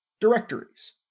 directories